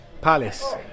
Palace